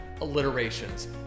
alliterations